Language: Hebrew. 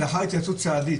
לאחר התייעצות סעדית